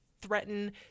threaten